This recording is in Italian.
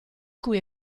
cui